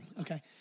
okay